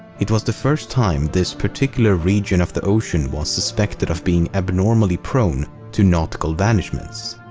it was the first time this particular region of the ocean was suspected of being abnormally prone to nautical vanishments.